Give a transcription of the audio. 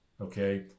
Okay